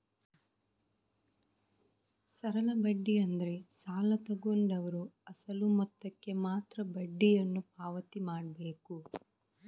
ಸರಳ ಬಡ್ಡಿ ಅಂದ್ರೆ ಸಾಲ ತಗೊಂಡವ್ರು ಅಸಲು ಮೊತ್ತಕ್ಕೆ ಮಾತ್ರ ಬಡ್ಡಿಯನ್ನು ಪಾವತಿ ಮಾಡ್ಬೇಕು